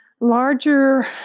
larger